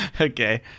Okay